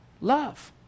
love